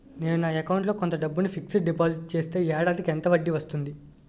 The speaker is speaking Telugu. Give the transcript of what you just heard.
నేను నా అకౌంట్ లో కొంత డబ్బును ఫిక్సడ్ డెపోసిట్ చేస్తే ఏడాదికి ఎంత వడ్డీ వస్తుంది?